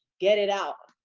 get it out.